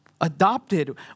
adopted